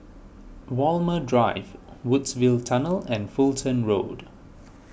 Walmer Drive Woodsville Tunnel and Fulton Road